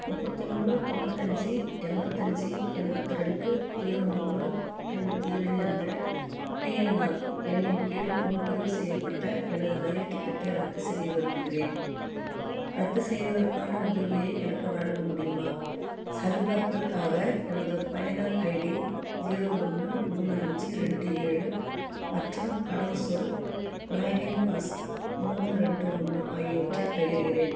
முப்பத்தி மூணு தொண்ணூத்தஞ்சு எண்பத்தஞ்சு எண்பத்து ரெண்டு ஜீரோ மூணு ஐம்பத்தி ஏழு என்ற பிஎன்ஆர் எண்ணின் கீழ் முன்பதிவு செய்யப்பட்ட எனது ரயில் டிக்கெட்டை ரத்து செய்ய விரும்புகின்றேன் ரத்து செய்வதற்கான உதவியை எனக்கு வழங்க முடியுமா சரிபார்ப்பிற்காக எனது பயனர் ஐடி ஜீரோ ஒன்று மூணு அஞ்சு ரெண்டு ஏழு மற்றும் கடவுச்சொல் லாகின் பாஸ் மூணு ரெண்டு ஒன்று ஆகியவற்றைப் பகிர்கின்றேன்